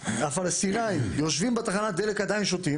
הפלסטינים יושבים בתחנת הדלק ועדיין שותים